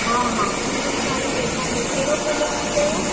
हा हा पूनम साड़ी ॾेखारे कहिड़ो कलर खपेव